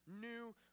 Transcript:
new